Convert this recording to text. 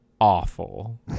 awful